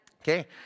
Okay